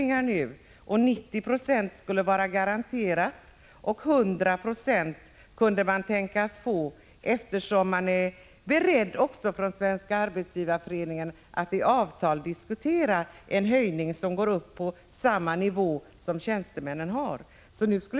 En kompensationsnivå på 90 26 skulle vara garanterad, och den här gruppen skulle tänkas komma att få 100 26 kompensation, eftersom Svenska arbetsgivareföreningen var beredd att diskutera avtal om en höjning till samma nivå som tjänstemännen har.